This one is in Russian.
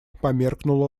померкнула